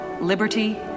liberty